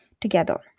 together